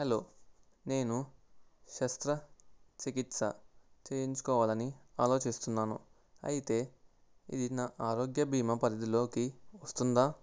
hello నేను శస్త్ర చికిత్స చేయించుకోవాలని ఆలోచిస్తున్నాను అయితే ఇది నా ఆరోగ్య బీమా పరిధిలోకి వస్తుందా